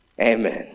Amen